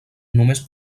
només